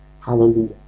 Hallelujah